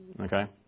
Okay